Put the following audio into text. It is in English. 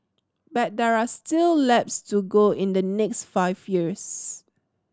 but there are still laps to go in the next five years